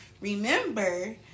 Remember